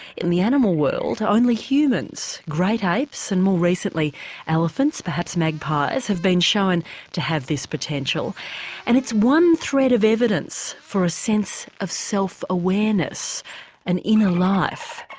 in the animal world only humans, great apes and more recently elephants, perhaps magpies have been shown to have this potential and it's one thread of evidence for a sense of self awareness an inner life.